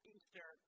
Easter